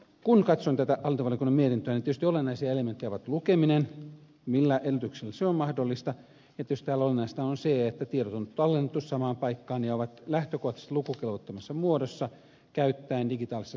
kun katson tätä hallintovaliokunnan mietintöä niin tietysti olennaisia elementtejä ovat lukeminen millä edellytyksellä se on mahdollista ja tietysti täällä olennaista on se että tiedot on tallennettu samaan paikkaan ja ovat lähtökohtaisesti lukukelvottomassa muodossa siten että on käytetty digitaalista salausmenetelmää